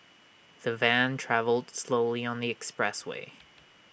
the van travelled slowly on the expressway